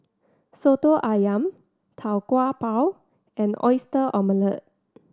Soto Ayam Tau Kwa Pau and Oyster Omelette